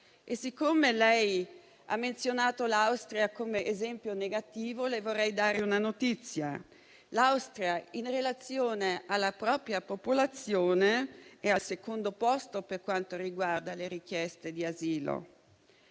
Meloni, ha menzionato l'Austria come esempio negativo, le vorrei dare una notizia: l'Austria, in relazione alla propria popolazione, è al secondo posto per quanto riguarda le richieste di asilo.